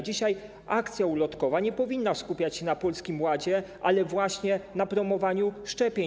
Dzisiaj akcja ulotkowa nie powinna skupiać się na Polskim Ładzie, ale na promowaniu szczepień.